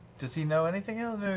does he know anything else?